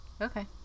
Okay